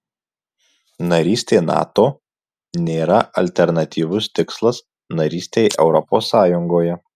narystė nato nėra alternatyvus tikslas narystei europos sąjungoje